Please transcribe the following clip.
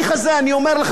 אדוני שר האוצר,